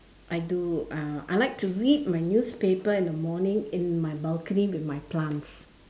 I do uh I like to read my newspaper in the morning in my balcony with my plants